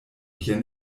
jen